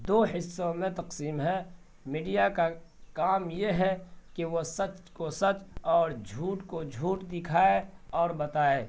دو حصوں میں تقسیم ہے میڈیا کا کام یہ ہے کہ وہ سچ کو سچ اور جھوٹ کو جھوٹ دکھائے اور بتائے